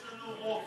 יש לנו רוב,